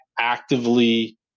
actively